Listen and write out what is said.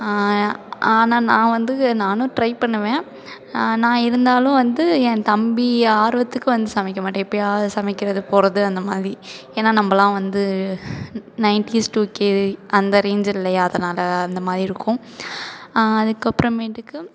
ஆனால் ஆனால் நான் வந்து நானும் ட்ரை பண்ணுவேன் நான் இருந்தாலும் வந்து என் தம்பி ஆர்வத்துக்கு வந்து சமைக்க மாட்டேன் எப்பயாவது சமைக்கிறது போகிறது அந்த மாதிரி ஏன்னா நம்மளாம் வந்து நைன்டீஸ் டூ கே இது அந்த ரேஞ்சில்லையா அதனால் அந்த மாதிரிருக்கும் அதுக்கப்புறமேட்டுக்கு